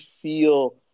feel